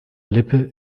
lippe